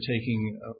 taking